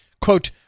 Quote